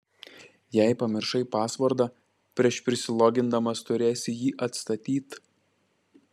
jei pamiršai pasvordą prieš prisilogindamas turėsi jį atstatyt